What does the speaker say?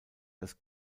des